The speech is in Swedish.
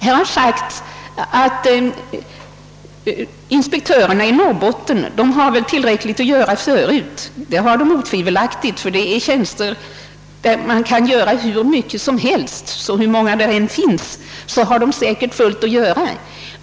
Här har sagts att inspektörerna i Norrbotten väl har tillräckligt att göra förut. Det har de otvivelaktigt; det är tjänster där man kan göra hur mycket som helst, så hur många de än är så har de säkert fullt upp att göra.